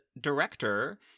director